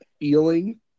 feeling